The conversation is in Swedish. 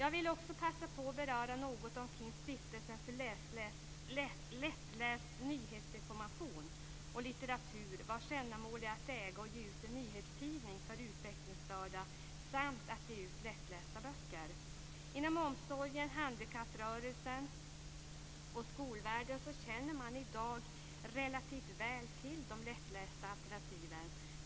Jag vill också passa på att beröra något omkring Stiftelsen för lättläst nyhetsinformation och litteratur, vars ändamål är att äga och ge ut en nyhetstidning för utvecklingsstörda samt att ge ut lättlästa böcker. Inom omsorgen, handikapprörelsen och skolvärlden känner man i dag relativt väl till de lättlästa alternativen.